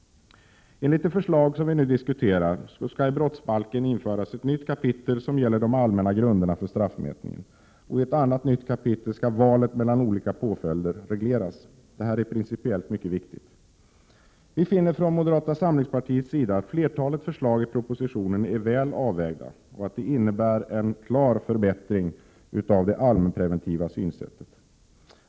Enligt det förslag som vi nu diskuterar skall i brottsbalken införas ett nytt kapitel som gäller de allmänna grunderna för straffmätningen. I ett annat nytt kapitel skall valet mellan olika påföljder regleras. Detta är principiellt mycket viktigt. Vi finner från moderata samlingspartiets sida att flertalet förslag i propositionen är väl avvägda, och att de innebär en klar förbättring av det allmänpreventiva synsättet.